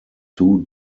two